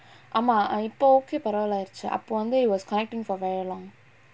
ஆமா இப்ப:aamaa ippa okay பரவால ஆயிருச்சு அப்ப வந்து:paravaala aayiruchu appa vanthu it was connecting for very long